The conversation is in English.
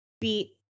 beat